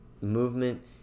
movement